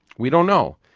we don't know,